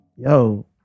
Yo